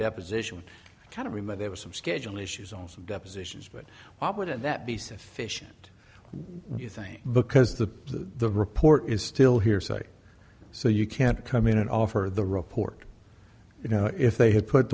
deposition kind of remote there was some schedule issues on some depositions but i wouldn't that be sufficient you think because the report is still hearsay so you can't come in and offer the report you know if they had put